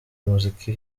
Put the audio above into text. umuziki